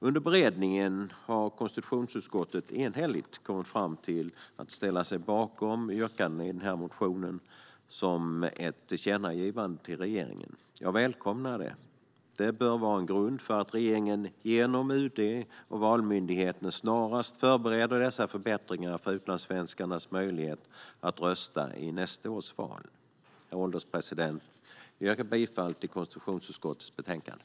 Under beredningen har konstitutionsutskottet enhälligt kommit fram till att ställa sig bakom yrkandena i denna motion som ett tillkännagivande till regeringen. Jag välkomnar det. Det bör vara en grund för att regeringen genom UD och Valmyndigheten snarast förbereder dessa förbättringar för utlandssvenskarnas möjligheter att rösta i nästa års val. Herr ålderspresident! Jag yrkar bifall till konstitutionsutskottets förslag i betänkandet.